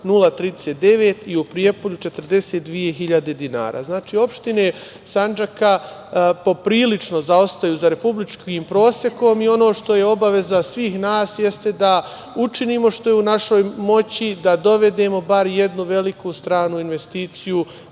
i u Prijepolju 42 hiljade dinara. Znači, opštine Sandžaka poprilično zaostaju za republičkim prosekom i ono što je obaveza svih nas jeste da učinimo što je u našoj moći da dovedemo bar jednu veliku stranu investiciju